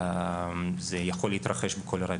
אלא זה יכול להתרחש בכל רגע.